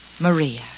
Maria